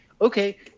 okay